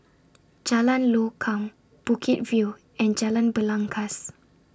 Jalan Lokam Bukit View and Jalan Belangkas